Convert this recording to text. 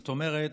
זאת אומרת,